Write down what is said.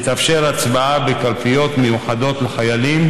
תתאפשר הצבעה בקלפיות מיוחדות לחיילים.